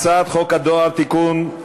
הצעת חוק הדואר (תיקון,